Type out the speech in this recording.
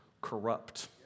corrupt